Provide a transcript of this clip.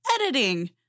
editing